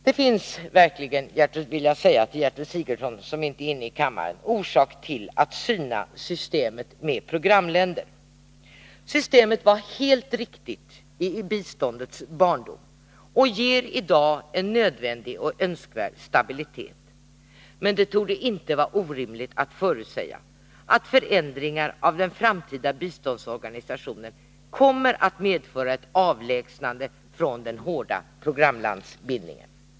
Det finns verkligen — det vill jag säga till Gertrud Sigurdsen, som inte är inne i kammaren nu — anledning att syna systemet med programländer. Systemet var helt riktigt i biståndets barndom och ger i dag en nödvändig och önskvärd stabilitet, men det torde inte vara orimligt att förutsäga att förändringar av den framtida biståndsorganisationen kommer att medföra ett avlägsnande från den hårda programlandsbindningen.